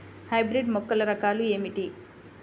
Hybrid మొక్కల రకాలు ఏమిటి?